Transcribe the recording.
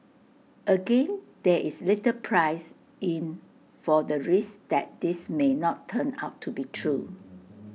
again there is little priced in for the risk that this may not turn out to be true